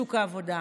בשוק העבודה.